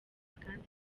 kandi